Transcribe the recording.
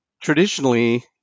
traditionally